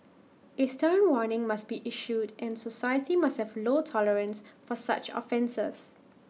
A stern warning must be issued and society must have low tolerance for such offences